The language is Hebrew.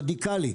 ורדיקלי.